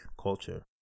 culture